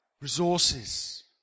resources